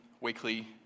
weekly